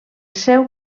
seu